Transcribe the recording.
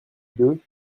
deux